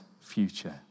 future